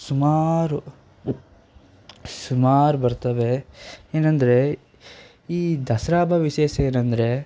ಸುಮಾರು ಸುಮಾರು ಬರ್ತವೆ ಏನಂದರೆ ಈ ದಸರಾ ಹಬ್ಬ ವಿಶೇಷ ಏನಂದರೆ